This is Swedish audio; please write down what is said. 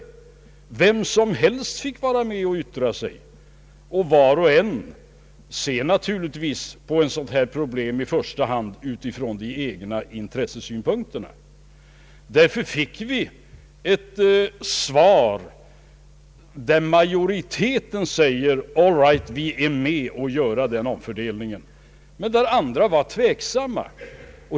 Vem som helst fick vara med och yttra sig, och var och en ser naturligtvis på ett sådant här problem i första hand utifrån de egna intressesynpunkterna. Därför fick vi ett svar, där majoriteten sade: All right, vi är med på att göra denna omfördelning. Andra var emellertid tveksamma.